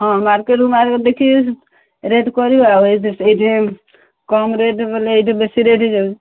ହଁ ମାର୍କେଟରୁ ମାର୍କଟ ଦେଖିକି ରେଟ୍ କରିବା ଆଉ ଏ ଏଇଠି କମ୍ ରେଟ୍ ବଲେ ଏଇଠି ବେଶୀ ରେଟ୍ ହୋଇଯାଉଛି